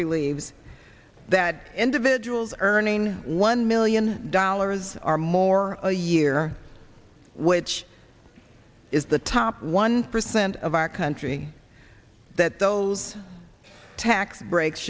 believes that individuals earning one million dollars or more a year which is the top one percent of our country that those tax breaks